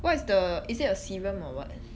what is the is it a serum or [what]